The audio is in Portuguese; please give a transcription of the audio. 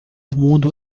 mundo